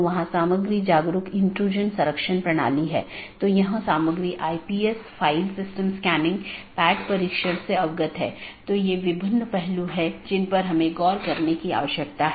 एक stub AS केवल स्थानीय ट्रैफ़िक ले जा सकता है क्योंकि यह AS के लिए एक कनेक्शन है लेकिन उस पार कोई अन्य AS नहीं है